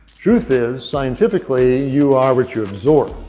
truth is, scientifically, you are what you absorb.